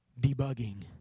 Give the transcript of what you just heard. debugging